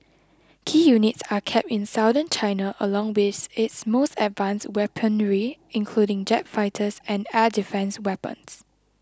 key units are kept in Southern China along with its most advanced weaponry including jet fighters and air defence weapons